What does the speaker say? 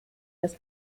dass